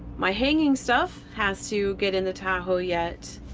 my hanging stuff has to get in the tahoe yet.